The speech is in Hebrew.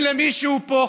אם למישהו פה,